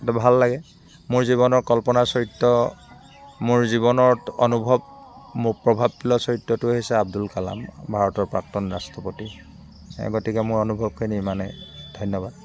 ত ভাল লাগে মোৰ জীৱনৰ কল্পনাৰ চৰিত্ৰ মোৰ জীৱনত অনুভৱ মোক প্ৰভাৱ পেলোৱা চৰিত্ৰটোৱেই হৈছে আব্দোল কালাম ভাৰতৰ প্ৰাক্তন ৰাষ্ট্ৰপতি গতিকে মোৰ অনুভৱখিনি ইমানেই ধন্যবাদ